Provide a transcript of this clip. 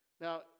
Now